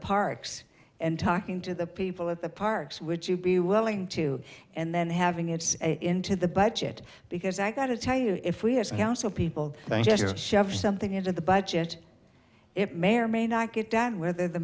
parks and talking to the people at the parks would you be willing to and then having it into the budget because i got to tell you if we had council people shove something into the budget it may or may not get done whether the